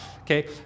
okay